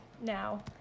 now